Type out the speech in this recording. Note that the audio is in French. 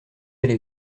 allé